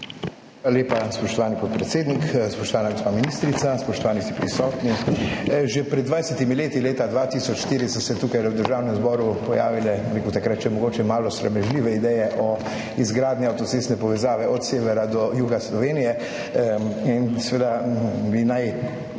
lepa, spoštovani podpredsednik. Spoštovana gospa ministrica, spoštovani vsi prisotni! Že pred 20 leti, leta 2004, so se tukaj v Državnem zboru pojavile takrat mogoče še malo sramežljive ideje o izgradnji avtocestne povezave od severa do juga Slovenije. In seveda bi naj